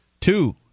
Two